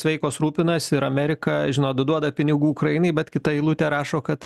sveikos rūpinasi ir amerika žinot duoda pinigų ukrainai bet kita eilutė rašo kad